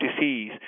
disease